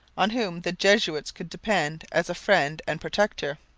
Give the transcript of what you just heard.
on whom the jesuits could depend as a friend and protector.